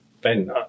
Ben